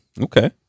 Okay